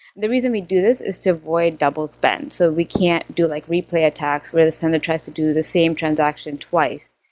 the reason we do this is to avoid double spend. so we can't do like replay attacks, where the sender tries to do the same transaction twice.